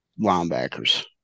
Linebackers